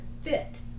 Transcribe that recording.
fit